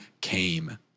came